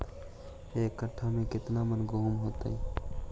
एक कट्ठा में केतना मन गेहूं होतै?